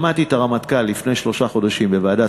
שמעתי את הרמטכ"ל לפני שלושה חודשים בוועדת